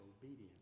obedience